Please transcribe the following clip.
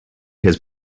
his